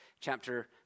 chapter